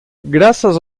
graças